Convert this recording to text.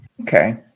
Okay